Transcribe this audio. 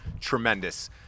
tremendous